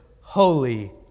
Holy